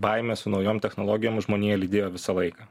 baimė su naujom technologijom žmoniją lydėjo visą laiką